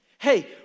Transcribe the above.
Hey